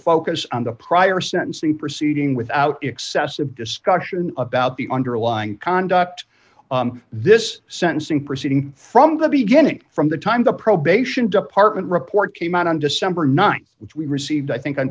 focus on the prior sentencing proceeding without excessive discussion about the underlying conduct this sentencing proceeding from the beginning from the time the probation department report came out on december th which we received i think on